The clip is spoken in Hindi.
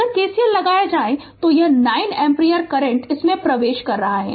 अगर KCL लगाया जाए तो यह 9 एम्पीयर करंट इसमें प्रवेश कर रहा है